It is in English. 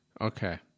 Okay